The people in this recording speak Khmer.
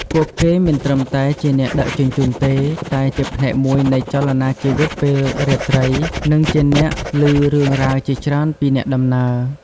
ពួកគេមិនត្រឹមតែជាអ្នកដឹកជញ្ជូនទេ តែជាផ្នែកមួយនៃចលនាជីវិតពេលរាត្រី និងជាអ្នកឮរឿងរ៉ាវជាច្រើនពីអ្នកដំណើរ។